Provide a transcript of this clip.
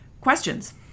Questions